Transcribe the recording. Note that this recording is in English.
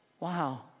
Wow